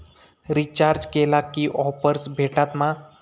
Recharge केला की offers भेटात मा?